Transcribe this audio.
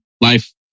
life